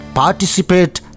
participate